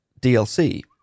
DLC